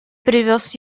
привез